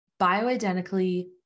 bioidentically